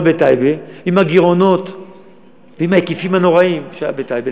בטייבה עם הגירעונות ועם ההיקפים הנוראים שהיו בטייבה,